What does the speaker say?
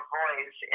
voice